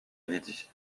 lydie